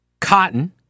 cotton